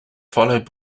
followed